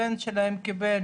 הבן שלהם קיבל